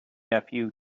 nephew